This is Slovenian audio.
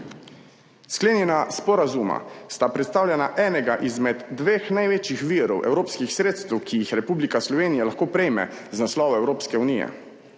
Sklenjena sporazuma sta predstavljala enega izmed dveh največjih virov evropskih sredstev, ki jih Republika Slovenija lahko prejme z naslova Evropske unije.